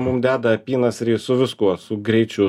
mum deda apynasrį su viskuo su greičiu